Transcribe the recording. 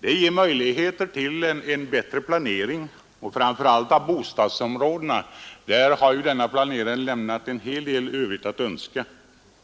Den ger möjligheter till en bättre planering, framför allt av bostadsområdena, där planeringen har lämnat en hel del övrigt att önska.